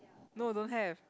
no don't have